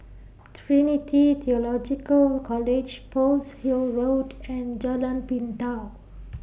Trinity Theological College Pearl's Hill Road and Jalan Pintau